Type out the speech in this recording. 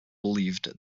believed